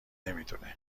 نمیدونه